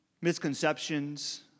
misconceptions